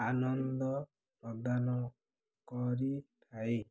ଆନନ୍ଦ ପ୍ରଦାନ କରିଥାଏ